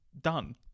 done